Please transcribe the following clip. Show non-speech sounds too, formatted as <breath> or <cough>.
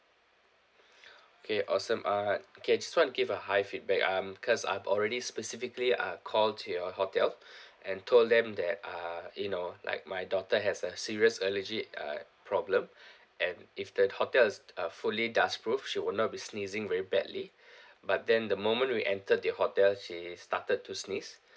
<breath> okay awesome uh okay I just want to give a high feedback um cause I've already specifically uh call to your hotel <breath> and told them that uh you know like my daughter has a serious allergy uh problem <breath> and if the hotel is a fully dustproof she will not be sneezing very badly <breath> but then the moment we entered the hotel she started to sneeze